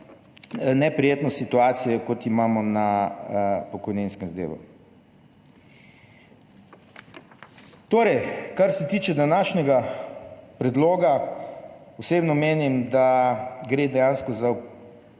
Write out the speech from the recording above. neprijetno situacijo, kot jo imamo na pokojninskem delu. Kar se tiče današnjega predloga, osebno menim, da gre dejansko za